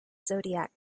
zodiac